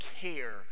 care